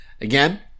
again